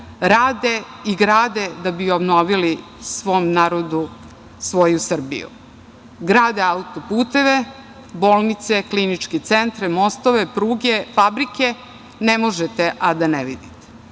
rade i grade da bi obnovili svom narodu svoju Srbiju. Grade autoputeve, bolnice, kliničke centre, mostove, pruge, fabrike. Ne možete, a da ne vidite. Da,